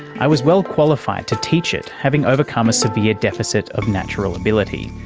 i was well qualified to teach it, having overcome a severe deficit of natural ability.